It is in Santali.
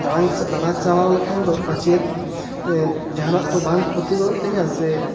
ᱫᱟᱬᱟ ᱪᱟᱞᱟᱣ ᱞᱮᱠᱦᱟᱱ ᱫᱚ ᱯᱟᱪᱷᱮᱫ ᱮᱫ ᱡᱟᱦᱟᱸ ᱱᱟᱜ ᱛᱚ ᱵᱟᱝ ᱠᱷᱚᱛᱤ ᱜᱚᱫᱚᱜ ᱛᱤᱧᱟᱹ ᱥᱮ